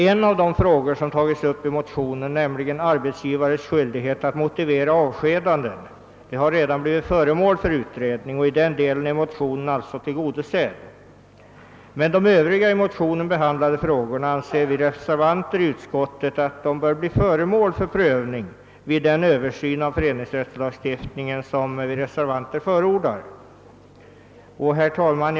En av de frågor som tagits upp i motionen, nämligen arbetsgivares skyldighet att motivera avskedanden, har redan blivit föremål för utredning, och i den delen är motionsyrkandet alltså tillgodosett. Men vi reservanter anser att övriga i motionen behandlade frågor bör bli föremål för prövning vid den översyn av föreningsrättslagstiftningen som vi förordar. Herr talman!